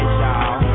y'all